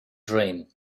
dream